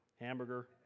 hamburger